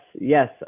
yes